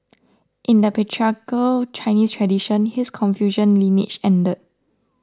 in the patriarchal Chinese tradition his Confucian lineage ended